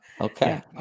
okay